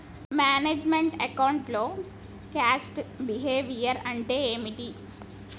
Manage meant account లో cost behaviour అంటే ఏమిటి?